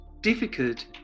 difficult